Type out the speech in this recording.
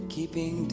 Keeping